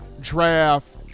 draft